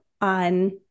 on